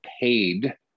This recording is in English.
paid